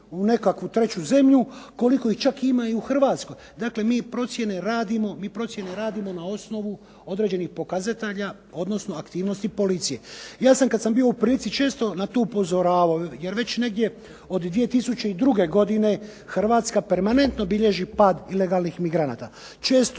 u nekakvu treću zemlju, koliko ih čak ima i u Hrvatskoj. Dakle, mi procjene radimo na osnovu određenih pokazatelja odnosno aktivnosti policije. Ja sam kada sam bio u prilici često na to upozoravao, jer već negdje od 2002. godine Hrvatska permanentno bilježi pad ilegalnih migranata. Često